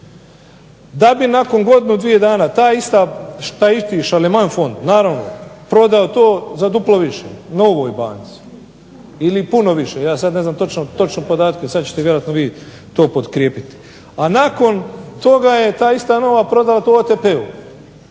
Da bi nakon godinu, dvije dana taj isti šarlemanjfon naravno prodao to za duplo više novoj banci ili puno više. Ja sad ne znam točno podatke, sad ćete vjerojatno vi to potkrijepiti. A nakon toga je ta ista nova prodala to OTP-u